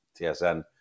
TSN